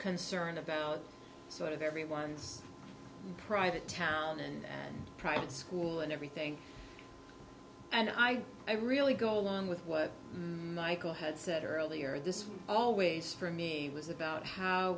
concern about sort of everyone's private town and private school and everything and i really go along with what michael had said earlier this always for me was about how